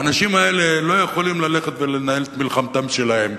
האנשים האלה לא יכולים ללכת ולנהל את מלחמתם שלהם,